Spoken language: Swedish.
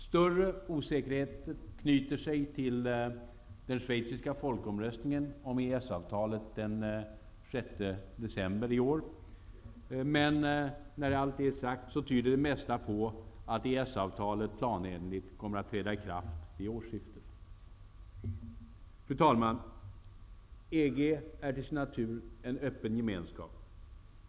Större osäkerhet knyter sig till den schweiziska folkomröstningen om EES-avtalet den 6 december i år. Men det mesta tyder på att EES-avtalet planenligt kommer att träda i kraft vid årsskiftet. | Fru talman! EG är till sin natur en öppen gemenskap.